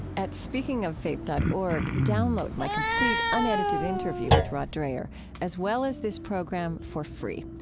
at speakingoffaith dot org, download my complete unedited interview with rod dreher as well as this program for free.